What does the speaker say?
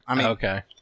Okay